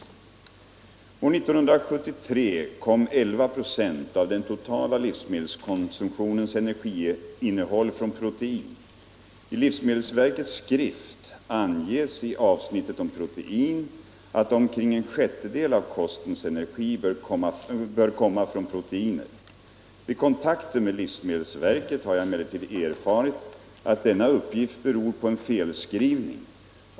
År 1973 kom knappt 11 94 av den totala livsmedelskonsumtionens energiinnehåll från protein. I livsmedelsverkets skrift anges i avsnittet om protein att omkring en sjättedel av kostens energi bör komma från proteiner. Vid kontakter med livsmedelsverket har jag emellertid erfarit att denna uppgift beror på en felskrivning.